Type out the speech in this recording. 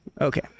Okay